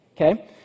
okay